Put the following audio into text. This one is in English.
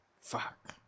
Fuck